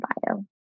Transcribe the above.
bio